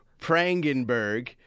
Prangenberg